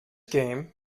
game